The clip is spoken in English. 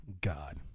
God